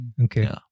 Okay